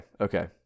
okay